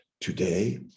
today